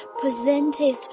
presented